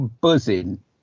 buzzing